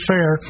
Fair